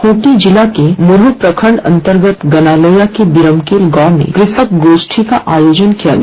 खूंटी जिला के मुरहू प्रखण्ड अंतर्गत गनलोया के बिरमकेल गांव में कृषक गोष्ठी का आयोजन किया गया